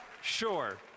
Sure